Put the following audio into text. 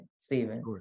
Stephen